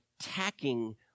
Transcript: attacking